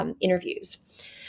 interviews